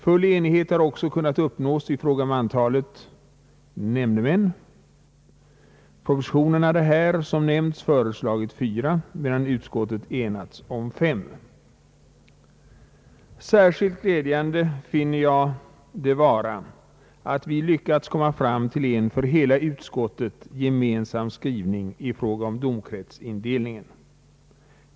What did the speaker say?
Full enighet har också kunnat uppnås i fråga om antalet nämndemän. Propositionen hade här, som nämnts, föreslagit fyra, medan utskottet enats om fem. Särskilt glädjande finner jag det vara att vi lyckats komma fram till en för hela utskottet gemensam skrivning i fråga om domkretsindelningen.